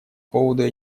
поводу